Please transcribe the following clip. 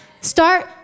start